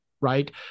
right